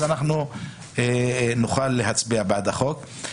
אז אנחנו נוכל להצביע בעד החוק.